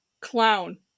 Clown